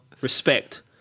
respect